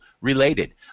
related